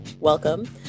welcome